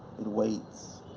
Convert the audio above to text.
it waits,